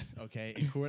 okay